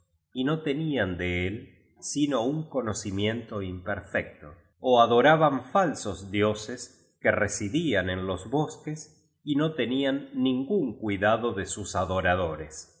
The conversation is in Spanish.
y no tenían de el sino un cono cimiento imperfecto ó adoraban falsos dioses que residían en los bosques y no tenían ningún cuidado de sus adoradores